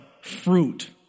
fruit